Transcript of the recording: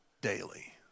daily